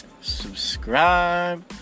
subscribe